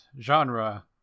genre